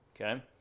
Okay